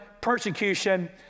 persecution